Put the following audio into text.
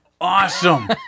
awesome